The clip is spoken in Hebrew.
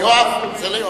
יואב, זה ליואב.